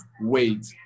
Wait